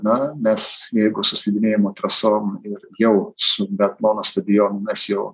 na mes jeigu su slidinėjimo trasom ir jau su biatlono stadionu mes jau